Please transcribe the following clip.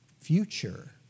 Future